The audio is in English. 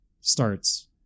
starts